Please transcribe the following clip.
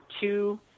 two